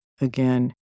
again